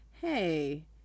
Hey